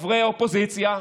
וחברי האופוזיציה.